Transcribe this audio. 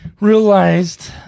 realized